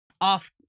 off